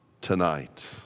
tonight